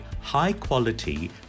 high-quality